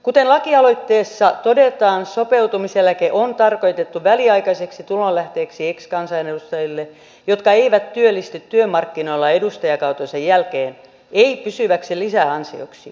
kuten lakialoitteessa todetaan sopeutumiseläke on tarkoitettu väliaikaiseksi tulonlähteeksi ex kansanedustajille jotka eivät työllisty työmarkkinoilla edustajakautensa jälkeen ei pysyväksi lisäansioksi